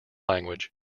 language